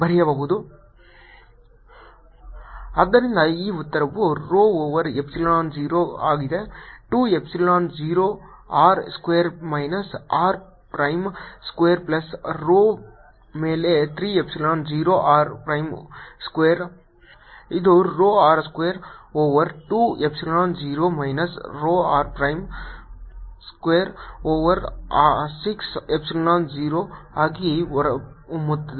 ಆದ್ದರಿಂದ ಈ ಉತ್ತರವು rho ಓವರ್ ಎಪ್ಸಿಲಾನ್ 0 ಆಗಿದೆ 2 epsilon 0 R square minus r prime square plus rho ಮೇಲೆ 3 ಎಪ್ಸಿಲಾನ್ 0 r ಪ್ರೈಮ್ ಸ್ಕ್ವೇರ್ ಇದು rho r square over 2 epsilon 0 minus rho r prime square over 6 epsilon 0 ಆಗಿ ಹೊರಹೊಮ್ಮುತ್ತದೆ